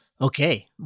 Okay